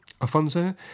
Afonso